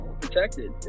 protected